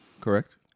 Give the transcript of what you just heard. Correct